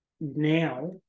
Now